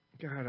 God